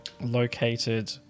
located